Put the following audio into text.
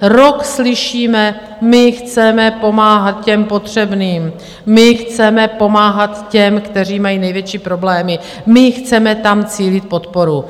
Rok slyšíme: My chceme pomáhat potřebným, my chceme pomáhat těm, kteří mají největší problémy, my chceme tam cílit podporu.